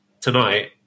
tonight